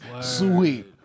Sweet